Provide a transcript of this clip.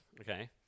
Okay